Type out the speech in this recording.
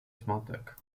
zmatek